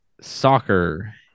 Soccer